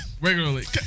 Regularly